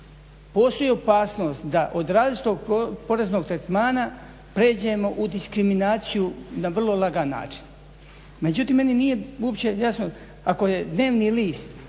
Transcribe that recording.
postoji opasnost da od različitog poreznog tretmana prijeđemo u diskriminaciju na vrlo lagan način. Međutim, meni nije uopće jasno ako je dnevni list